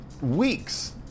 weeks